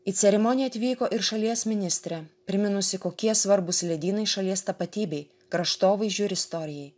į ceremoniją atvyko ir šalies ministrė priminusi kokie svarbūs ledynai šalies tapatybei kraštovaizdžiu ir istorijai